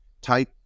type